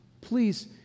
Please